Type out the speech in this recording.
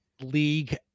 league